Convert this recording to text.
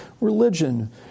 religion